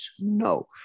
No